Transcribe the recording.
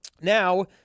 now